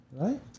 right